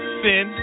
sin